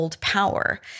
power